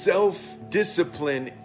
Self-discipline